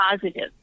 positive